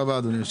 הישיבה ננעלה